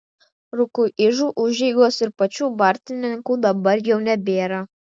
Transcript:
rukuižų užeigos ir pačių bartininkų dabar jau nebėra